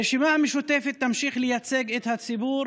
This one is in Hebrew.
הרשימה המשותפת תמשיך לייצג את הציבור